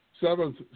Seventh